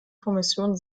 kommission